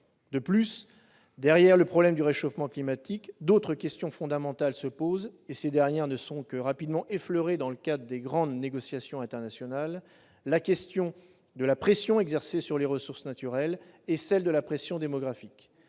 De plus, derrière le problème du réchauffement climatique, d'autres questions fondamentales se posent, qui ne sont que rapidement effleurées dans le cadre des grandes négociations internationales : la pression exercée sur les ressources naturelles et la pression démographique.